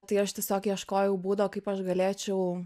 tai aš tiesiog ieškojau būdo kaip aš galėčiau